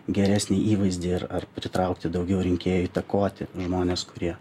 geresnį įvaizdį ar ar pritraukti daugiau rinkėjų įtakoti žmones kurie